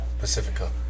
Pacifico